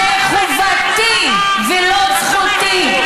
זאת חובתי ולא זכותי,